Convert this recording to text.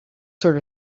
sort